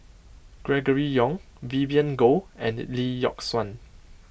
Gregory Yong Vivien Goh and Lee Yock Suan